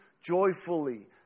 joyfully